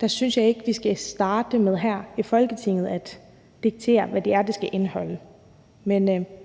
der synes jeg ikke, vi skal starte med her i Folketinget at diktere, hvad det er, det skal indeholde.